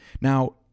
Now